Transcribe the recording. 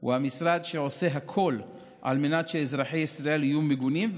הוא המשרד שעושה הכול על מנת שאזרחי ישראל יהיו מגונים,